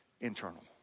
internal